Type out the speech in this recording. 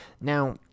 Now